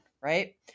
right